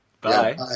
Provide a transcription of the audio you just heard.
Bye